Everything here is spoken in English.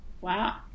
Wow